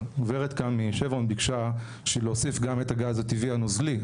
הגברת כאן משברון ביקשה להוסיף גם את הגז הטבעי הנוזלי.